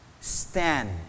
stand